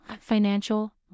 financial